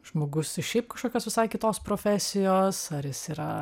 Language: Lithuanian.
žmogus iš šiaip kažkokios visai kitos profesijos ar jis yra